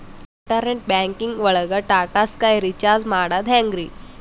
Internet banking ಒಳಗ್ Tata Sky recharge ಮಾಡದ್ ಹೆಂಗ್ರೀ?